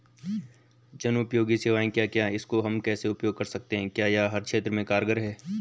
जनोपयोगी सेवाएं क्या क्या हैं इसको हम कैसे उपयोग कर सकते हैं क्या यह हर क्षेत्र में कारगर है?